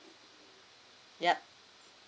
yup